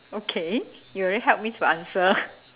okay you already help me to answer